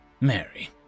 Mary